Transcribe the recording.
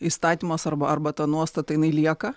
įstatymas arba arba ta nuostata jinai lieka